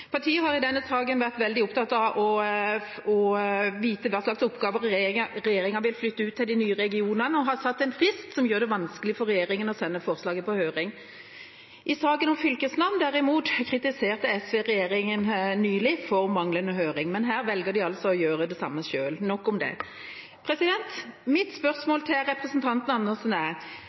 Partiet har i denne saken vært veldig opptatt av å vite hva slags oppgaver regjeringa vil flytte ut til de nye regionene, og har satt en frist som gjør det vanskelig for regjeringa å sende forslaget på høring. I saken om fylkesnavn nylig kritiserte derimot SV regjeringa for manglende høring. Men her velger de altså å gjøre det samme selv. Nok om det. Mitt spørsmål til representanten Andersen er: